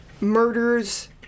murders